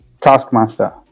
Taskmaster